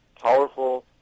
powerful